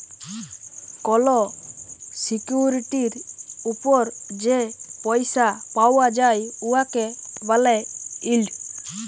call সিকিউরিটির উপর যে পইসা পাউয়া যায় উয়াকে ব্যলে ইল্ড